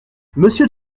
monsieur